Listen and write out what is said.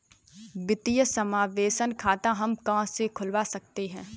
वित्तीय समावेशन खाता हम कहां से खुलवा सकते हैं?